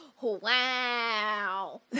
Wow